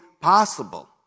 possible